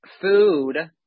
Food